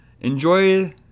enjoy